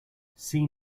see